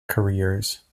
careers